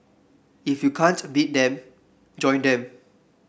if you can't beat them join them